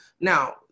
Now